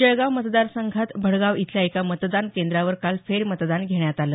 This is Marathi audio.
जळगाव मतदार संघात भडगाव इथल्या एका मतदान केंद्रावर काल फेर मतदान घेण्यात आलं